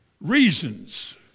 reasons